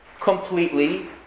completely